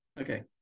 Okay